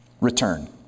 Return